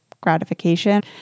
gratification